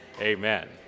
Amen